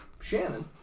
Shannon